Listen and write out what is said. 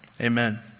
Amen